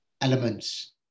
elements